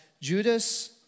Judas